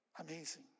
Amazing